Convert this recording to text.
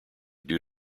due